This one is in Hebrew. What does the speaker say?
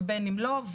ובין אם לא.